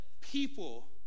people